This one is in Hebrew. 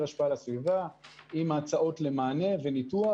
השפעה על הסביבה עם הצעות למענה וניתוח.